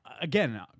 again